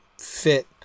fit